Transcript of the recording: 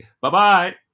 Bye-bye